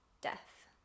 death